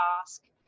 ask